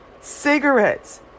Cigarettes